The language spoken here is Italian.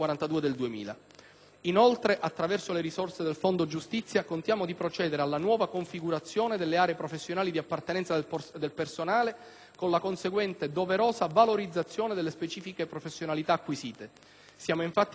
Inoltre, attraverso le risorse del fondo giustizia contiamo di procedere alla nuova configurazione delle aree professionali di appartenenza del personale, con la conseguente doverosa valorizzazione delle specifiche professionalità acquisite. Siamo infatti consapevoli